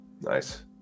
Nice